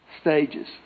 stages